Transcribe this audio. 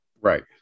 Right